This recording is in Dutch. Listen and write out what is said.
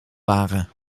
waren